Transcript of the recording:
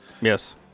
Yes